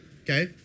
okay